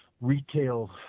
retail